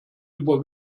über